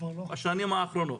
בשנים האחרונות.